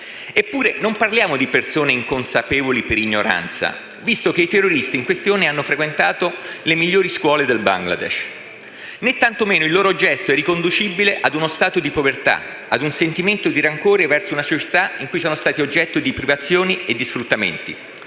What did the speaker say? Eppure non parliamo di persone inconsapevoli per ignoranza, visto che i terroristi in questione hanno frequentato le migliori scuole del Bangladesh. Né, tantomeno, il loro gesto è riconducibile a uno stato di povertà, a un sentimento di rancore verso una società in cui sono stati oggetto di privazioni e di sfruttamenti: